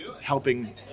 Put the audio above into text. helping